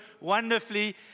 wonderfully